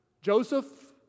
Joseph